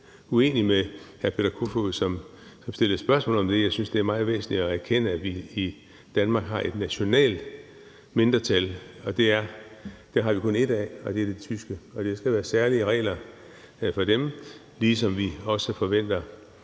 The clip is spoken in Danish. uenig med hr. Peter Kofod, som stillede spørgsmål om det, og jeg synes, det er meget væsentligt at erkende, at vi i Danmark har et nationalt mindretal, og det har vi kun et af, og det er det tyske, og der skal være særlige regler for dem, ligesom vi også forventer,